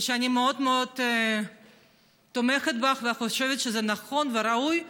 אני מאוד מאוד תומכת בך וחושבת שזה נכון וראוי,